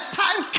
time